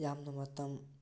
ꯌꯥꯝꯅ ꯃꯇꯝ